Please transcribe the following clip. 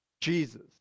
Jesus